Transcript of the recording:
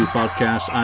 podcast